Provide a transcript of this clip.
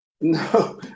No